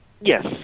Yes